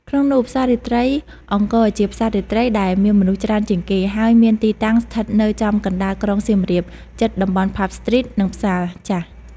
ក្នុងនោះផ្សាររាត្រីអង្គរជាផ្សាររាត្រីដែលមានមនុស្សច្រើនជាងគេ ហើយមានទីតាំងស្ថិតនៅចំកណ្តាលក្រុងសៀមរាប ជិតតំបន់ផាប់ស្ទ្រីត និងផ្សារចាស់។